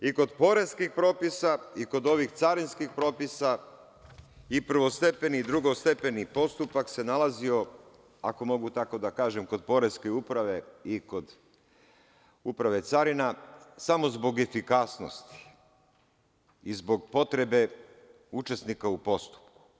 I kod poreskih propisa i kod ovih carinskih propisa i prvostepeni i drugostepeni postupak se nalazio, ako mogu tako da kažem, kod poreske uprave i kod uprave carina samo zbog efikasnosti i zbog potrebe učesnika u postupku.